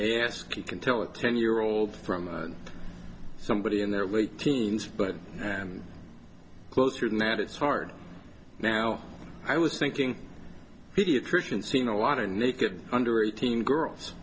ask you can tell a ten year old from somebody in their late teens but and closer than that it's hard now i was thinking pediatricians seen a lot of naked under eighteen girls